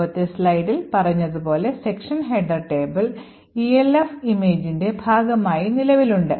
മുമ്പത്തെ സ്ലൈഡിൽ പറഞ്ഞതുപോലെ section header table ELF imageന്റെ ഭാഗമായി നിലവിലുണ്ട്